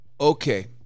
Okay